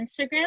instagram